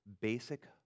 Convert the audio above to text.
basic